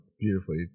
beautifully